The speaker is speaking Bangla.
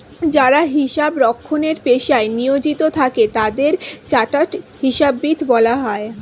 যারা হিসাব রক্ষণের পেশায় নিয়োজিত থাকে তাদের চার্টার্ড হিসাববিদ বলা হয়